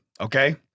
Okay